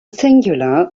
singular